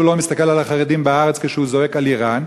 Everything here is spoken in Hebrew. לא מסתכל על החרדים בארץ כשהוא זועק על איראן.